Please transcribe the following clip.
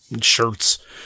shirts